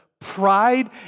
pride